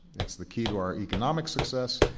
it's the key to our economic success.